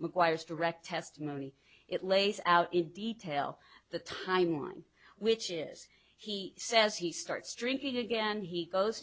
requires direct testimony it lays out in detail the timeline which is he says he starts drinking again he goes